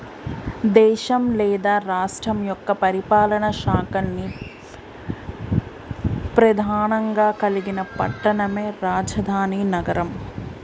దేశం లేదా రాష్ట్రం యొక్క పరిపాలనా శాఖల్ని ప్రెధానంగా కలిగిన పట్టణమే రాజధాని నగరం